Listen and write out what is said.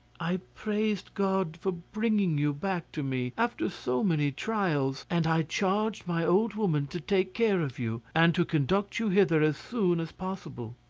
i praised god for bringing you back to me after so many trials, and i charged my old woman to take care of you, and to conduct you hither as soon as possible.